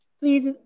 Please